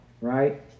Right